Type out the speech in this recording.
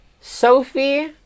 Sophie